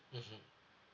mmhmm